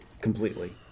completely